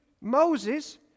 Moses